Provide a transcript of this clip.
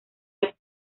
life